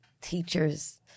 teachers